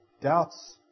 doubts